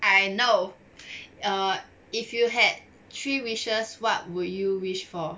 I know err if you had three wishes what would you wish for